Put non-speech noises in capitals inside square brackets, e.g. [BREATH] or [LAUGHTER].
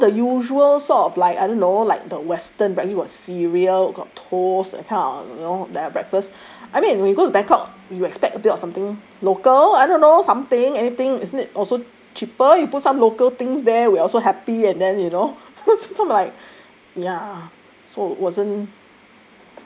[BREATH] it was all the usual sort of like I don't know like the western mainly was cereal got toast that kind of you know that breakfast I mean we go to bangkok we expect a bit of something local I don't know something anything isn't it also cheaper you put some local things there we also happy and then you know [LAUGHS] so I'm like ya so it wasn't